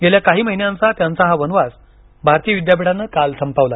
गेल्या काही महिन्यांचा त्यांचा हा वनवास भारती विद्यापीठानं काल संपवला